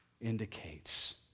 indicates